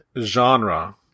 genre